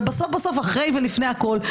ובסוף-בסוף אחרי ולפני הכול,